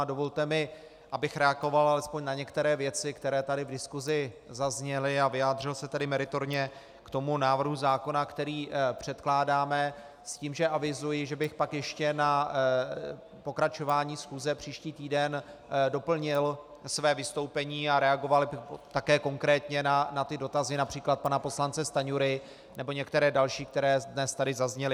Dovolte mi, abych reagoval alespoň na některé věci, které tady v diskuzi zazněly, a vyjádřil se tedy meritorně k návrhu zákona, který předkládáme, s tím, že avizuji, že bych pak ještě na pokračování schůze příští týden doplnil své vystoupení a reagoval také konkrétně na dotazy, například pana poslance Stanjury nebo některé další, které tady dnes zazněly.